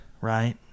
right